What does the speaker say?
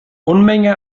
unmenge